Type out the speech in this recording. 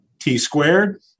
T-squared